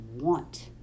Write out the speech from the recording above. want